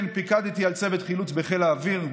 כן, פיקדתי על צוות חילוץ בחיל האוויר.